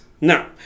No